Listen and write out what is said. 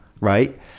Right